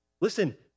Listen